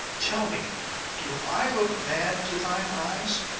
tell me do i look mad, to thine eyes?